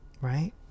right